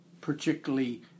particularly